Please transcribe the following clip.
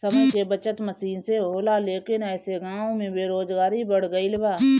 समय के बचत मसीन से होला लेकिन ऐसे गाँव में बेरोजगारी बढ़ गइल बा